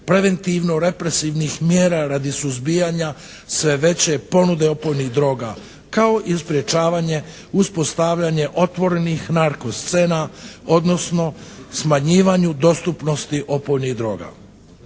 preventivno represivnih mjera radi suzbijanja sve veće ponude opojnih droga kao i sprečavanje, uspostavljanje otvorenih narko scena odnosno smanjivanju dostupnosti opojnih droga.